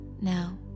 Now